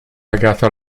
legato